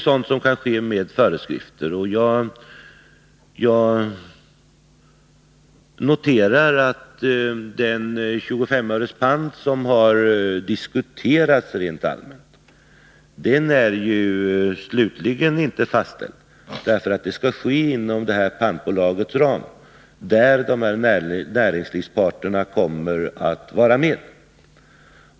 Sådant kan regleras genom föreskrifter, och jag noterar att den pant på 25 öre som rent allmänt diskuterats ju inte är slutligen fastställd, eftersom saken faller inom ramen för detta pantbolag, där näringslivsparterna kommer att vara med.